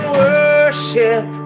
worship